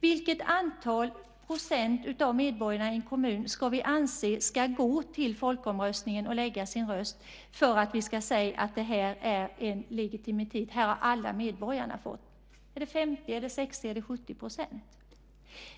Hur många procent av medborgarna i en kommun ska rösta för att vi ska säga att alla medborgare har fått säga sitt - är det 50, 60 eller 70 %?